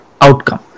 outcome